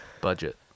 Budget